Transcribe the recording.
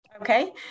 Okay